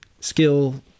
skill